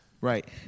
Right